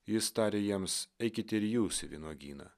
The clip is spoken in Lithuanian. jis tarė jiems eikit ir jūs į vynuogyną